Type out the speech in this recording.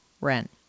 rent